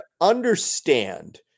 understand